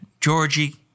Georgie